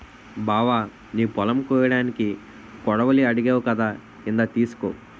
బావా నీ పొలం కొయ్యడానికి కొడవలి అడిగావ్ కదా ఇందా తీసుకో